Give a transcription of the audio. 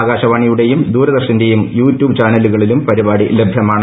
ആകാശവാണിയുടെയും ദൂരദർശന്റെയും യൂട്യൂബ് ചാനലുകളിലും പരിപാടി ലഭ്യമാണ്